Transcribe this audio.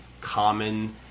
Common